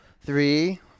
Three